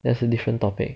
that's a different topic